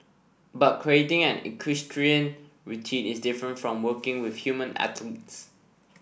but creating an equestrian routine is different from working with human athletes